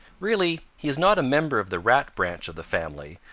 really he is not a member of the rat branch of the family,